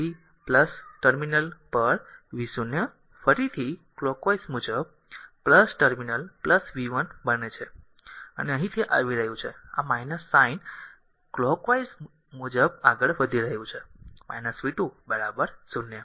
તેથી ter v0 ફરી clockwise મુજબ ter v 1 બને છે અને અહીં તે આવી રહ્યું છે આ સાઇન ક્લોક વાઇઝ r આગળ વધી રહ્યા છે v 2 0